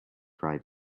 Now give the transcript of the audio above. fry